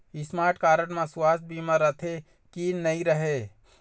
Smart card म सुवास्थ बीमा रथे की नई रहे?